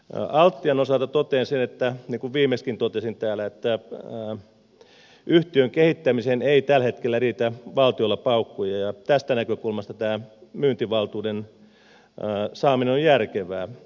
altian osalta totean sen niin kuin viimeksikin totesin täällä että yhtiön kehittämiseen ei tällä hetkellä riitä valtiolla paukkuja ja tästä näkökulmasta tämä myyntivaltuuden saaminen on järkevää